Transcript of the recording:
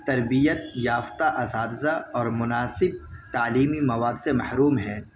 تربیت یافتہ اساتذہ اور مناسب تعلیمی مواد سے محروم ہیں